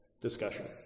discussion